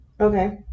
Okay